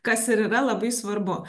kas ir yra labai svarbu